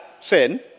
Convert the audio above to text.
sin